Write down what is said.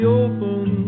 open